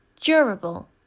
durable